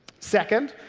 second,